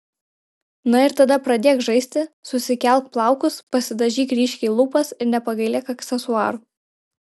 na ir tada pradėk žaisti susikelk plaukus pasidažyk ryškiai lūpas ir nepagailėk aksesuarų